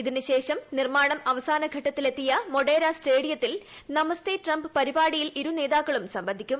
ഇതിന് ശേഷം നിർമ്മാണം അവസാന ഘട്ടത്തിലെത്തിയ മൊടേര സ്റ്റ്രേഡിയത്തിൽ നമസ്തേ ട്രംപ് പരിപാടിയിൽ ഇരു ന്റേതാക്കിളും സംബന്ധിക്കും